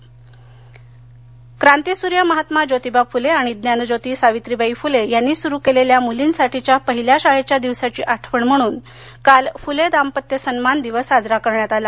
फले दांपत्य सन्मान दिवस क्रांतीसूर्य महात्मा ज्योतिबा फुले आणि ज्ञानज्योती सावित्रीबाई फुले यांनी सुरु केलेल्या मुर्लीसाठीच्या पहिल्या शाळेच्या दिवसाची आठवण म्हणून काल फुले दांपत्य सन्मान दिवस साजरा करण्यात आला